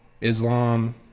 Islam